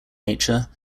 nature